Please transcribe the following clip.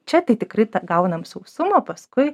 čia tai tikrai gaunam sausumo paskui